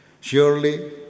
Surely